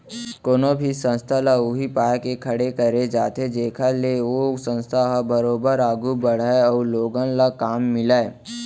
कोनो भी संस्था ल उही पाय के खड़े करे जाथे जेखर ले ओ संस्था ह बरोबर आघू बड़हय अउ लोगन ल काम मिलय